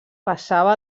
passava